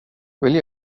ville